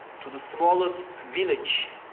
to the smallest village,